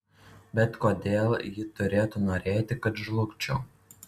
bet kodėl ji turėtų norėti kad žlugčiau